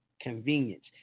convenience